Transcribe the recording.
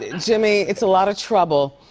jimmy, it's a lot of trouble.